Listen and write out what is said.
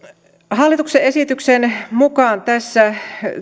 hallituksen esityksen mukaan